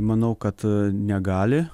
manau kad negali